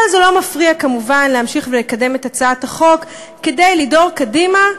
אבל זה לא מפריע כמובן להמשיך ולקדם את הצעת החוק כדי לדהור קדימה.